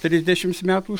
trisdešimts metų